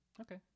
Okay